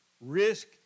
Risk